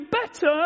better